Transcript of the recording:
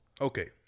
Okay